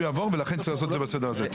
ולכן צריך לעשות את זה בסדר הזה.